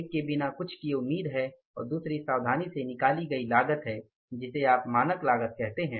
एक बिना कुछ किए उम्मीद है और दूसरी सावधानी से निकली गई लागत है जिसे आप मानक लागत कहते हैं